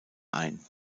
ein